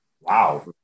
Wow